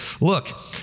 look